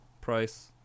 price